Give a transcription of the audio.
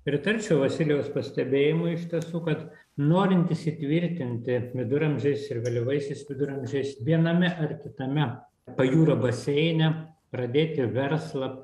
pritarčiau vasilijaus pastebėjimui iš tiesų kad norint įsitvirtinti viduramžiais ir vėlyvaisiais viduramžiais viename ar kitame pajūrio baseine pradėti verslą